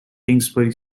kingsbury